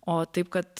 o taip kad